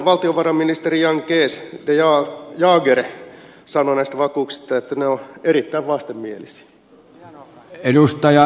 hollannin valtiovarainministeri jan kees de jager sanoi näistä vakuuksista että ne ovat erittäin vastenmielisiä